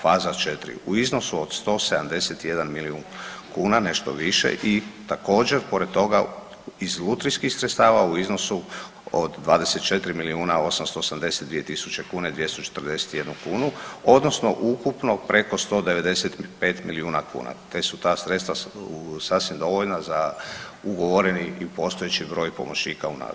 Faza 4. u iznosi od 171 milijun kuna nešto više i također pored toga iz lutrijskih sredstava u iznosu 24 milijuna 882 tisuće i 241 kunu, odnosno ukupno preko 195 milijuna kuna, te su ta sredstva sasvim dovoljna za ugovoreni i postojeći broj pomoćnika u nastavi.